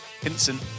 Hinson